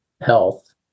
health